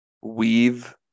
weave